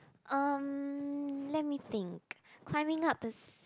um let me think climbing up the s~